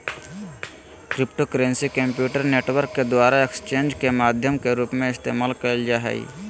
cryptocurrency computer network के द्वारा exchanges के माध्यम के रूप में इस्तेमाल कइल जा हइ